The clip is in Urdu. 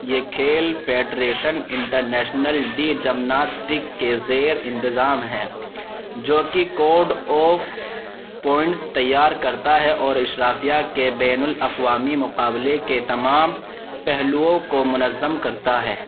یہ کھیل federation international de gymnastic کے زیرِ انتظام ہیں جو کہ کوڈ آف پوائنٹس تیار کرتا ہے اور اشرافیہ کے بین الاقوامی مقابلے کے تمام پہلوؤں کو منظم کرتا ہے